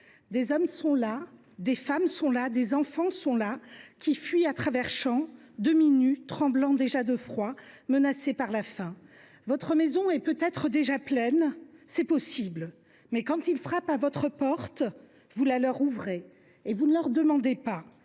Des hommes sont là, des femmes sont là, des enfants sont là qui fuient à travers champs, demi nus, tremblant déjà de froid, menacés par la faim. « Votre maison est peut être déjà pleine, c’est possible, mais quand ils frappent à votre porte, vous la leur ouvrez et vous ne leur demandez pour